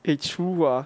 eh true ah